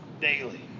daily